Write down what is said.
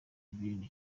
ibintu